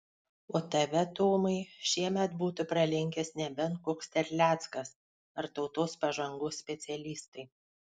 o tave tomai šiemet būtų pralenkęs nebent koks terleckas ar tautos pažangos specialistai